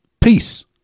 Peace